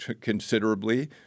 considerably